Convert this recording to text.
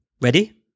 Ready